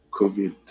COVID